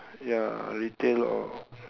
ya retail or